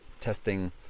testing